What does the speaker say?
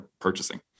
purchasing